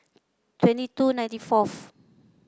twenty two ninety fourth